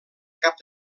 cap